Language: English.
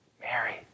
Mary